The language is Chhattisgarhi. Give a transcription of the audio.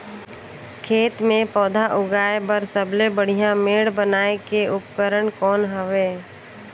खेत मे पौधा उगाया बर सबले बढ़िया मेड़ बनाय के उपकरण कौन हवे?